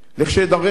לכשאדרש,